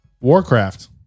Warcraft